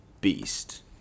Beast